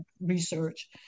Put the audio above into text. research